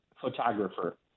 photographer